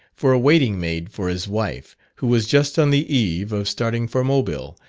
for a waiting-maid for his wife, who was just on the eve of starting for mobile,